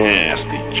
Nasty